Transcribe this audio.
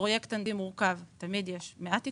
--- בפרויקט --- תמיד יש מעט עיכובים.